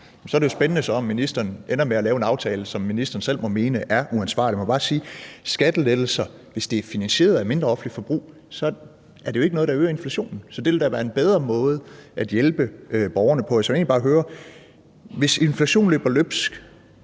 Så er det jo spændende, om ministeren ender med at lave en aftale, som ministeren selv må mene er uansvarlig. Man må bare sige, at hvis skattelettelser er finansieret af et mindre offentligt forbrug, er det jo ikke noget, der øger inflationen. Så det vil da være en bedre måde at hjælpe borgerne på. Så vil jeg egentlig bare høre: Hvis inflationen løber løbsk,